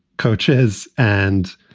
coaches and,